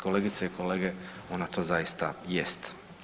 Kolegice i kolege, ona to zaista jest.